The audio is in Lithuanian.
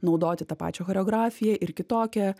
naudoti tą pačią choreografiją ir kitokią